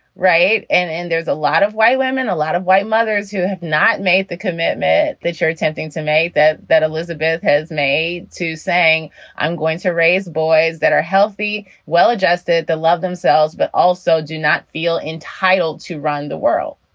right. and and there's a lot of white women, a lot of white mothers who have not made the commitment that you're attempting to make that that elizabeth has made to saying i'm going to raise boys that are healthy, well-adjusted, to love themselves, but also do not feel entitled to run the world.